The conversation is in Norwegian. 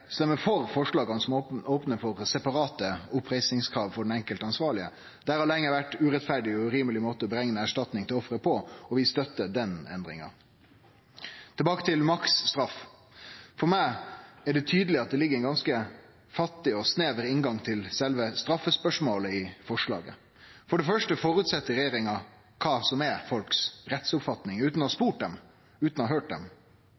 stemme for forslaga som opnar for separate oppreisingskrav for den enkelte ansvarlege. Det har lenge vore urettferdige og urimelege måtar å berekne erstatning til offer på, og vi støttar den endringa. Tilbake til maksimumsstraff: For meg er det tydeleg at det i forslaget ligg ein ganske fattig og snever inngang til sjølve straffespørsmålet. For det første føreset regjeringa kva som er rettsoppfatning til folk utan å ha spurt dei, utan å ha høyrt dei.